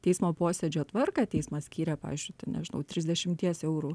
teismo posėdžio tvarką teismas skyrė pavyzdžiui ten nežinau trisdešimties eurų